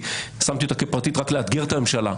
שמתי אותה כפרטית רק כדי לאתגר את הממשלה,